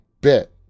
bit